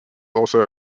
also